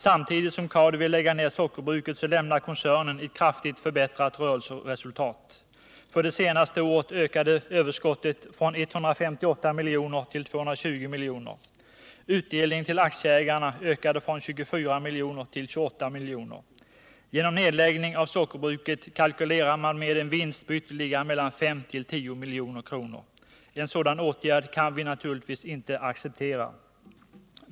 Samtidigt som Cardo vill lägga ned sockerbruket lämnar koncernen ett kraftigt förbättrat rörelseresultat. För det senaste året ökade överskottet från 158 milj.kr. till 220 milj.kr. Utdelningen till aktieägarna ökade från 24 milj.kr. till 28 milj.kr. Genom nedläggningen av sockerbruket kalkylerar man med en vinst på ytterligare mellan 5 och 10 milj.kr. En sådan åtgärd kan vi naturligtvis inte acceptera.